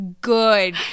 good